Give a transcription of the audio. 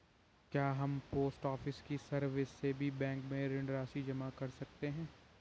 क्या हम post office की सर्विस से भी बैंक में ऋण राशि जमा कर सकते हैं?